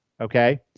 Okay